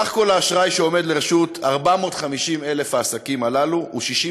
סך כל האשראי שעומד לרשות 450,000 העסקים הללו הוא 66